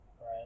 Right